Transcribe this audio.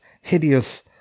hideous